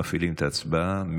מפעילים את הצבעה.